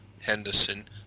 henderson